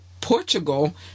Portugal